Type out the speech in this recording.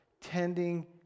tending